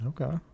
Okay